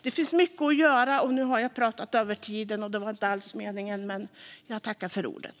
Det finns mycket att göra, och nu har jag också pratat längre än min angivna talartid. Jag tackar för ordet.